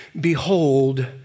behold